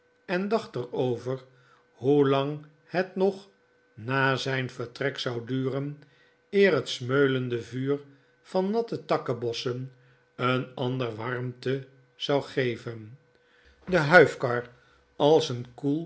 en dacht er over hoelang het nog na zfin vertrek zou duren eer het smeulende vuur van natte takkebossen een ander warmte zou geven de huifkar als een